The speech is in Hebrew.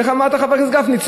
איך אמרת, חבר הכנסת גפני?